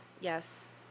yes